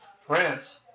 France